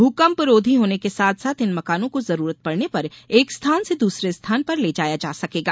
भूकंप रोधी होने के साथ साथ इन मकानों को जरूरत पड़ने पर एक स्थान से दूसरे स्थान पर ले जाया जा सकेगा